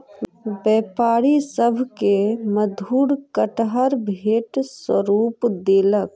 व्यापारी सभ के मधुर कटहर भेंट स्वरूप देलक